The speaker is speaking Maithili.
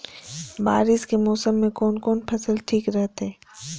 बारिश के मौसम में कोन कोन फसल ठीक रहते?